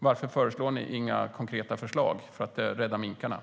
Varför har ni inga konkreta förslag för att rädda minkarna?